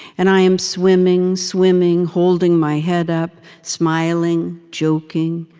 and i am swimming, swimming, holding my head up smiling, joking,